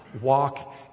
walk